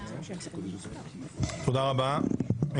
תודה רבה.